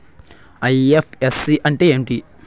IFSC అంటే ఏమిటి?